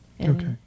Okay